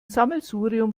sammelsurium